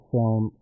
Film